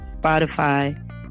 Spotify